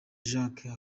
jacques